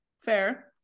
fair